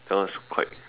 that one was quite